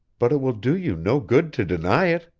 but it will do you no good to deny it!